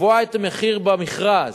לקבוע את המחיר במכרז,